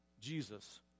Jesus